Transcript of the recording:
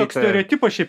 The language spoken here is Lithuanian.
toks stereotipas šiaip